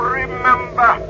remember